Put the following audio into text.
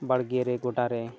ᱵᱟᱲᱜᱮ ᱨᱮ ᱜᱳᱰᱟ ᱨᱮ